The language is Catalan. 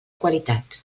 qualitat